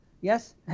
Yes